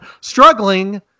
struggling